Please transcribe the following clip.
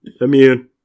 Immune